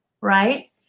right